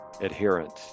adherence